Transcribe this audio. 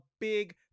big